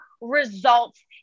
results